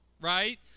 Right